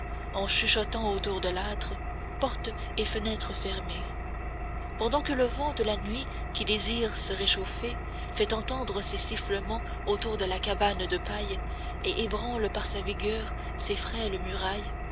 en chuchotant autour de l'âtre portes et fenêtres fermées pendant que le vent de la nuit qui désire se réchauffer fait entendre ses sifflements autour de la cabane de paille et ébranle par sa vigueur ces frêles murailles